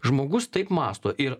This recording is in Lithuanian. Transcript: žmogus taip mąsto ir